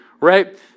right